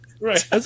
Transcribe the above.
Right